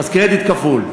קרדיט כפול.